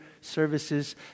services